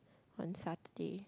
on Saturday